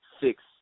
six